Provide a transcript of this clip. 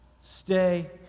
Stay